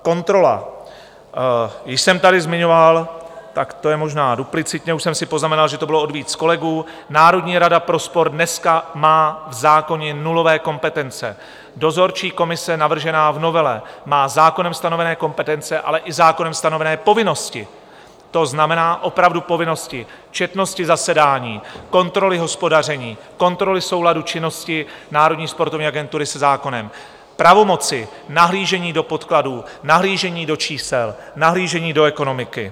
Kontrola již jsem tady zmiňoval, tak to je možná duplicitně, už jsem si poznamenal, že to bylo od víc kolegů, Národní rada pro sport dneska má v zákoně nulové kompetence, dozorčí komise navržená v novele má zákonem stanovené kompetence, ale i zákonem stanovené povinnosti, to znamená opravdu povinnosti četnosti zasedání, kontroly hospodaření, kontroly souladu činnosti Národní sportovní agentury se zákonem, pravomoci, nahlížení do podkladů, nahlížení do čísel, nahlížení do ekonomiky.